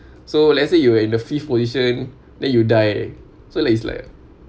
so let's say you were in the fifth position then you die so like it's like